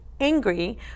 angry